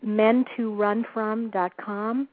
mentorunfrom.com